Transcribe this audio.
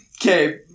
okay